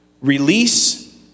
Release